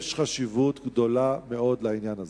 יש חשיבות גדולה מאוד לעניין הזה.